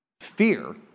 fear